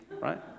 Right